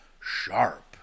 sharp